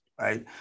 right